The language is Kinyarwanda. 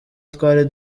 twari